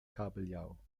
kabeljau